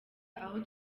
aho